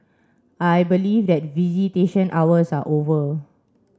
I believe that visitation hours are over